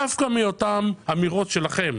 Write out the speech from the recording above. דווקא בגלל אותן האמירות שלכם,